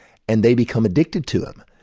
and they become addicted to them.